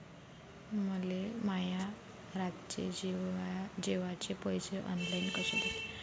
मले माया रातचे जेवाचे पैसे ऑनलाईन कसे देता येईन?